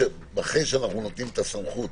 שאחרי שאנחנו נותנים את הסמכות